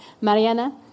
Mariana